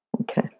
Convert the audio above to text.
Okay